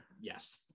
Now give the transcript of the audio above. yes